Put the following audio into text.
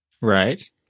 Right